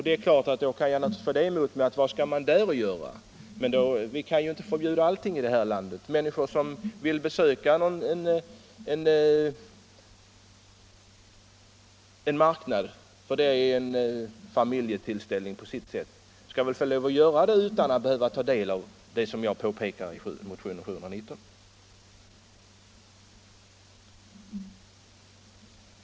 Det är klart att jag kan få argumentet emot mig: ”Vad skall man där att göra?” Men vi kan ju inte förbjuda allting i det här landet. Människor som vill besöka en marknad — det är en familjetillställning på sitt sätt — skall väl få lov att göra det utan att behöva ta del av det som jag påpekar i motionen 719.